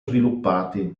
sviluppati